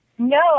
No